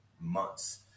months